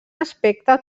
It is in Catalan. aspecte